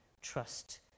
trust